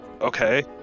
Okay